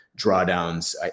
drawdowns